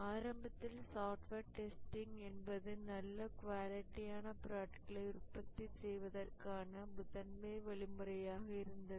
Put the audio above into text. ஆரம்பத்தில் software testing என்பது நல்ல குவாலிட்டியான ப்ராடக்ட்களை உற்பத்தி செய்வதற்கான முதன்மை வழிமுறையாக இருந்தது